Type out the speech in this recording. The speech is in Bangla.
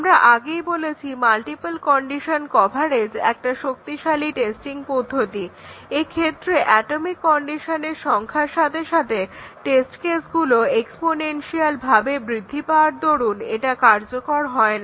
আমরা আগেই বলেছি যে মাল্টিপল কন্ডিশন কভারেজ একটা শক্তিশালী টেস্টিং পদ্ধতি হলেও এক্ষেত্রে অ্যাটমিক কন্ডিশনের সংখ্যার সাথে সাথে টেস্ট কেসগুলো এক্সপোনেনশিয়ালভাবে বৃদ্ধি পাওয়ার দরুন এটা কার্যকর হয়না